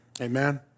Amen